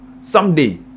someday